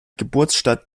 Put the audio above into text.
geburtsstadt